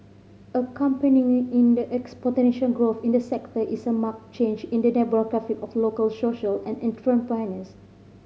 accompanying the exponential growth in the sector is a marked change in the demographic of local social entrepreneurs